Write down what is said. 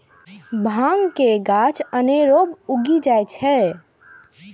भांग के गाछ अनेरबो उगि जाइ छै